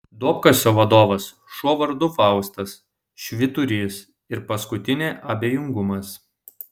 duobkasio vadovas šuo vardu faustas švyturys ir paskutinė abejingumas